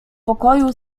pokoju